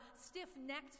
stiff-necked